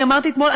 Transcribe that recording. אני אמרתי אתמול,